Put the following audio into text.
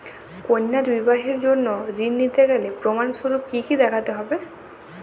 কন্যার বিবাহের জন্য ঋণ নিতে গেলে প্রমাণ স্বরূপ কী কী দেখাতে হবে?